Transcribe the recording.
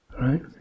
Right